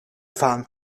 farm